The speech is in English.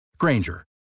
Granger